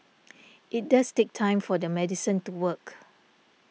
it does take time for the medicine to work